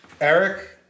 Eric